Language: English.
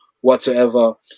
whatsoever